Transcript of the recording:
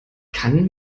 kann